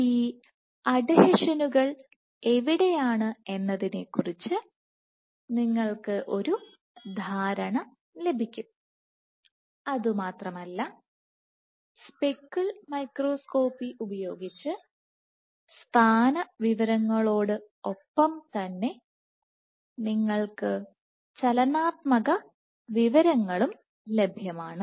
ഈ അഡ്ഹീഷനുകൾ എവിടെയാണെന്നതിനെക്കുറിച്ച് നിങ്ങൾക്ക് ഒരു ധാരണ ലഭിക്കും അതുമാത്രമല്ല സ്പെക്കിൾ മൈക്രോസ്കോപ്പി ഉപയോഗിച്ച് സ്ഥാന വിവരങ്ങളോടൊപ്പം തന്നെ നിങ്ങൾക്ക് ചലനാത്മക വിവരങ്ങളും ലഭ്യമാണ്